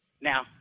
now